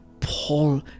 Paul